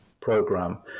program